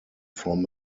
from